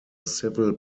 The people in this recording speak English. civil